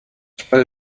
despite